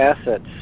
assets